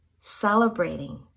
celebrating